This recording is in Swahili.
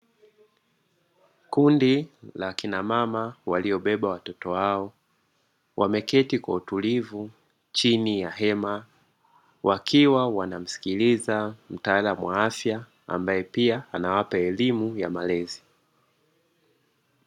Kundi la kina mama waliobeba watoto wao, wameketi kwa utulivu chini ya hema. Wakiwa wanamsikiliza mtaalamu wa afya ambaye pia anawapa elimu ya malezi.